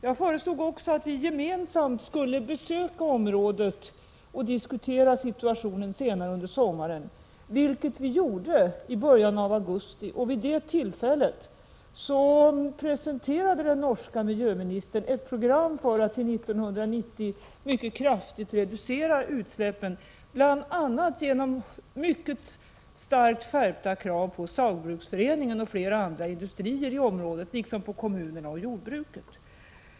Jag föreslog också att vi gemensamt skulle besöka området och diskutera situationen senare under sommaren, vilket vi gjorde i början av augusti. Vid det tillfället presenterade den norska miljöministern ett program för att till 1990 mycket kraftigt reducera utsläppen bl.a. genom starkt skärpta krav på Saugbruksforeningen och flera andra industrier i området liksom på kommunerna och jordbruket.